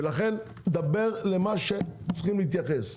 ולכן דבר למה שצריכים להתייחס,